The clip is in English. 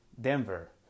Denver